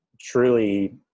truly